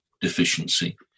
deficiency